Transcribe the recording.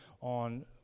on